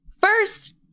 first